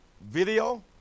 video